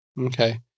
Okay